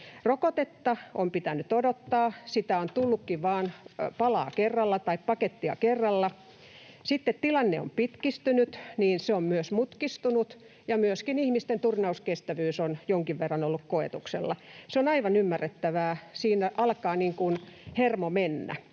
Rokotetta on pitänyt odottaa. Sitä on tullutkin vain paketti kerralla. Sitten tilanne on pitkittynyt, se on myös mutkistunut, ja myöskin ihmisten turnauskestävyys on jonkin verran ollut koetuksella. Se on aivan ymmärrettävää. Siinä alkaa hermo mennä.